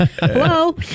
Hello